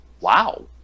Wow